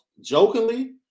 jokingly